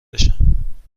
بشم